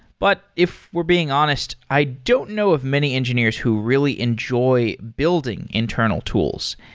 but if we're being honest, i don't know of many engineers who really enjoy building internal tools.